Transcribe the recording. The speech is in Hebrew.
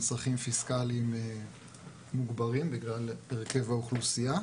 צרכים פיסקאליים מוגברים בגלל הרכב האוכלוסייה.